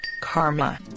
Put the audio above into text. karma